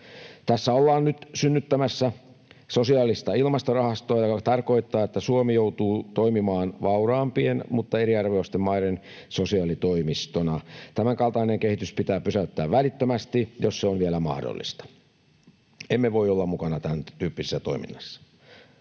Tässä ollaan nyt synnyttämässä sosiaalista ilmastorahastoa, joka tarkoittaa, että Suomi joutuu toimimaan vauraampien, mutta eriarvoisten maiden sosiaalitoimistona. Tämänkaltainen kehitys pitää pysäyttää välittömästi, jos se on vielä mahdollista. Emme voi olla mukana tämäntyyppisessä toiminnassa.